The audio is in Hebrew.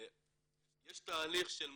יש תהליך של מודעות,